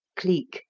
cleek,